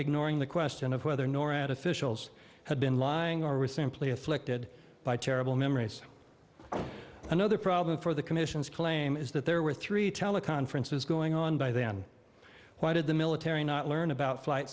ignoring the question of whether norad officials had been lying or were simply afflicted by terrible memories another problem for the commission's claim is that there were three teleconferences going on by then why did the military not learn about flight